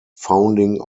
founding